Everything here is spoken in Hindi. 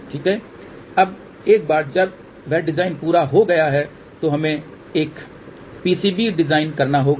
ठीक है अब एक बार जब वह डिजाइन पूरा हो गया है तो हमें एक पीसीबी डिजाइन करना होगा